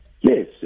Yes